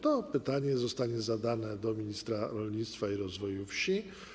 To pytanie zostanie skierowane do ministra rolnictwa i rozwoju wsi.